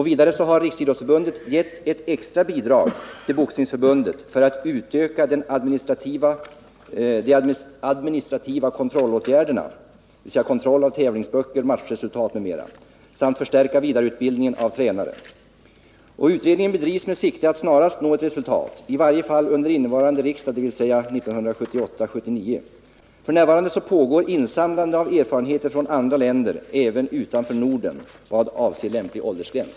Vidare har Riksidrottsförbundet givit ett extra bidrag till Boxningsförbundet för att utöka de administrativa kontrollåtgärderna, dvs. kontroll av tävlingsböcker, matchresultat m.m. samt för att förstärka vidareutbildningen av tränare. Utredningen bedrivs med sikte på att snarast nå ett resultat, i varje fall under innevarande riksdag, dvs. 1978/79. F.n. pågår insamlande av erfarenheter från andra länder, även utanför Norden, i vad avser lämplig åldersgräns.